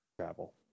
travel